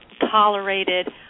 tolerated